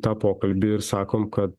tą pokalbį ir sakom kad